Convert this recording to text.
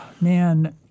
Man